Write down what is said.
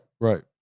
right